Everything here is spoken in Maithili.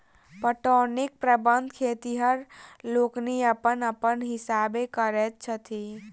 पटौनीक प्रबंध खेतिहर लोकनि अपन अपन हिसाबेँ करैत छथि